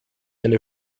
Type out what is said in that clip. eine